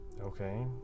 Okay